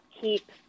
keep